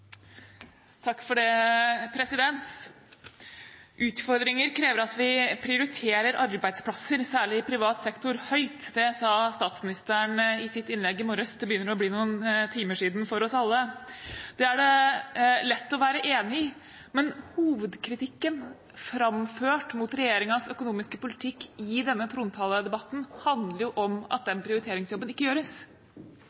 Utfordringer krever at vi prioriterer arbeidsplasser, særlig i privat sektor, høyt. Det sa statsministeren i sitt innlegg i morges – det begynner å bli noen timer siden for oss alle. Det er det lett å være enig i. Men hovedkritikken framført mot regjeringens økonomiske politikk i denne trontaledebatten handler jo om at den